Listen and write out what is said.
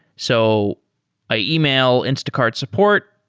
so i email instacart support.